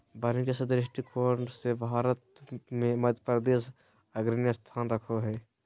वानिकी के दृष्टिकोण से भारत मे मध्यप्रदेश अग्रणी स्थान रखो हय